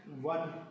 one